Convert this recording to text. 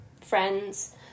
friends